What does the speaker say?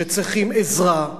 שצריכים עזרה,